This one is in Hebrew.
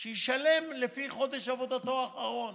שישלם לפי חודש עבודתו האחרון.